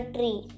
Tree